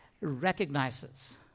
recognizes